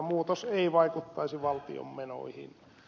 muutos ei vaikuttaisi valtion menoihin